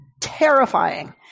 terrifying